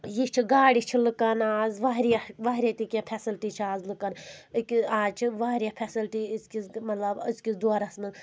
یہِ چھِ گاڑِ چھِ لُکَن آز واریاہ واریاہ تہِ کینٛہہ فیسلٹی چھِ آز لُکَن آزچھِ واریاہ فیسلٹیٖز مطلب أزکِس دورَس منٛز